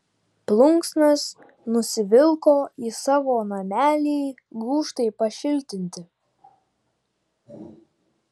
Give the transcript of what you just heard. plunksnas nusivilko į savo namelį gūžtai pašiltinti